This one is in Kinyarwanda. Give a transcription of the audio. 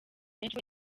menshi